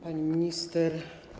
Pani Minister!